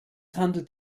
handelt